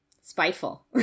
spiteful